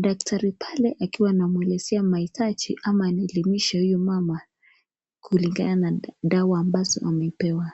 Daktari pale akiwa anamwelezea mahitaji ama kuelimisha huyo mama kuhusu dawa ambazo amepewa.